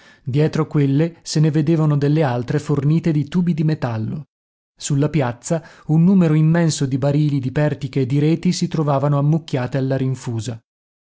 dietro quelle se ne vedevano delle altre fornite di tubi di metallo sulla piazza un numero immenso di barili di pertiche e di reti si trovavano ammucchiate alla rinfusa